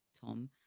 Tom